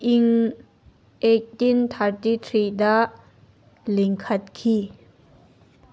ꯏꯪ ꯑꯩꯠꯇꯤꯟ ꯊꯥꯔꯇꯤ ꯊ꯭ꯔꯤꯗ ꯂꯤꯡꯈꯠꯈꯤ